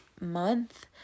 month